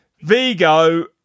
Vigo